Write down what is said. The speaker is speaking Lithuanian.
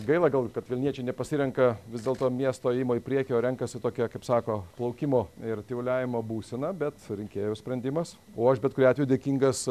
gaila gal kad vilniečiai nepasirenka vis dėlto miesto ėjimo į priekį o renkasi tokią kaip sako laukimo ir tyvuliavimo būseną bet rinkėjų sprendimas o aš bet kuriuo atveju dėkingas